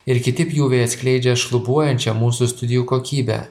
ir kiti pjūviai atskleidžia šlubuojančią mūsų studijų kokybę